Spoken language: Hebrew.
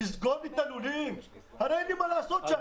נסגור את הלולים כי הרי אין לי מה לעשות שם.